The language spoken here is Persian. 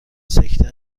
سکته